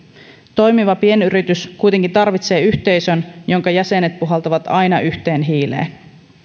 toimiva pienyritys kuitenkin tarvitsee yhteisön jonka jäsenet puhaltavat aina yhteen hiileen